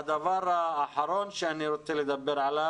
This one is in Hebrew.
הדבר האחרון שאני רוצה לדבר עליו,